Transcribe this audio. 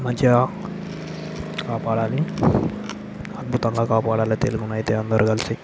మంచిగా కాపాడాలి అద్భుతంగా కాపాడాలి తెలుగు నైతే అందరూ కలిసి